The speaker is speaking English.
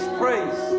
praise